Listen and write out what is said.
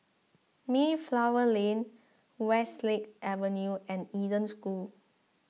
Mayflower Lane Westlake Avenue and Eden School